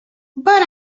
but